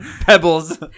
pebbles